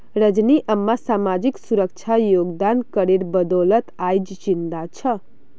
रजनी अम्मा सामाजिक सुरक्षा योगदान करेर बदौलत आइज जिंदा छ